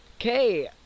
Okay